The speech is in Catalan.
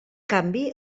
canvi